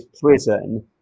prison